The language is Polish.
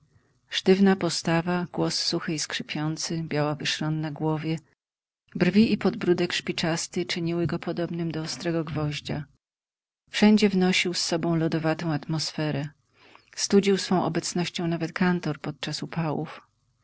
sztywna postawa głos suchy i skrzypiący białawy szron na głowie brwi i podbródek śpiczasty czyniły go podobnym do ostrego gwoździa wszędzie wnosił z sobą lodowatą atmosferę studził swą obecnością nawet kantor podczas upałów